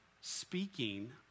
speaking